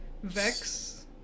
Vex